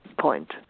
point